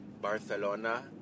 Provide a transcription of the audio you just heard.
Barcelona